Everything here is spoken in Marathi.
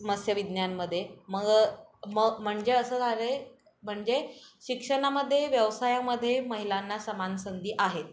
मत्स्य विज्ञानामध्ये मग म म्हणजे असं झालं आहे म्हणजे शिक्षणामध्ये व्यवसायामध्ये महिलांना समान संधी आहेत